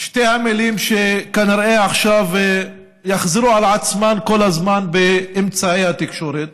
שתי המילים שכנראה עכשיו יחזרו על עצמן כל הזמן באמצעי התקשורת.